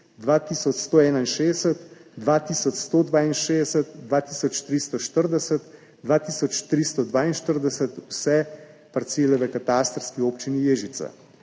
2161, 2162, 2340, 2342, vse parcele v katastrski občini Ježica.